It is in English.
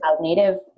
native